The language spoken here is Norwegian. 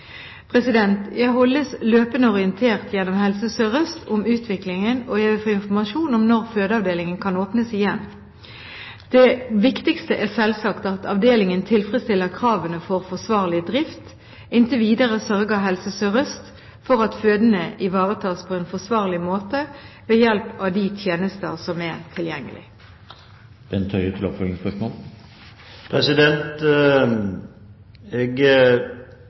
Jeg holdes løpende orientert gjennom Helse Sør-Øst om utviklingen, og jeg vil få informasjon om når fødeavdelingen kan åpnes igjen. Det viktigste er selvsagt at avdelingen tilfredsstiller kravene for forsvarlig drift. Inntil videre sørger Helse Sør-Øst for at fødende ivaretas på en forsvarlig måte ved hjelp av de tjenester som er